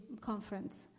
conference